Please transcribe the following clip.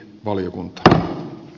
valiokunta